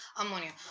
ammonia